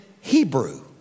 Hebrew